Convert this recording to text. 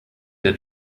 der